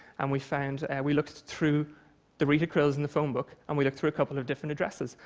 and we found, and we looked through the rita krills in the phonebook, and we looked through a couple of different addresses,